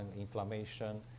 inflammation